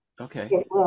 Okay